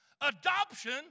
Adoption